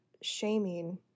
shaming